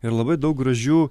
ir labai daug gražių